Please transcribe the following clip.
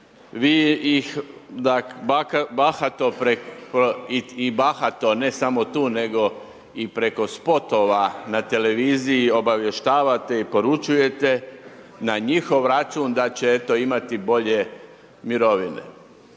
vi ih bahato i bahato ne samo tu, nego i preko spotova na televiziji obavještavate i poručujete na njihov račun da će eto imati bolje mirovine.